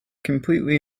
completely